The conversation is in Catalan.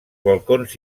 balcons